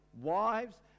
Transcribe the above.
wives